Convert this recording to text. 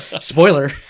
Spoiler